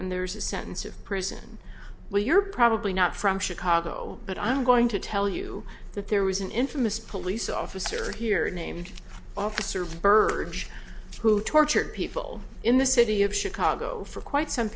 and there's a sentence of prison where you're probably not from chicago but i'm going to tell you that there was an infamous police officer here named officer verge who tortured people in the city of chicago for quite some